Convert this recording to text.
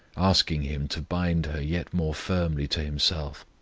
asking him to bind her yet more firmly to himself,